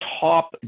top